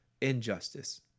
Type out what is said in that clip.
injustice